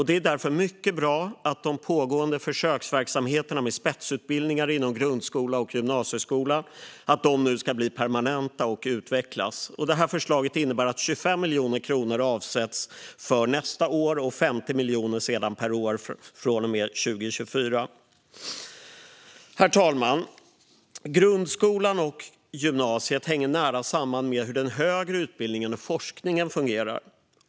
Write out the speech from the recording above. Det är därför mycket bra att de pågående försöksverksamheterna med spetsutbildningar inom grundskola och gymnasieskola nu ska bli permanenta och utvecklas. Förslaget innebär att 25 miljoner kronor avsätts för detta för nästa år. Sedan är det 50 miljoner per år från och med 2024. Herr talman! Grundskolan och gymnasiet hänger nära samman med hur den högre utbildningen och forskningen fungerar.